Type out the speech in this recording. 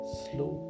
slow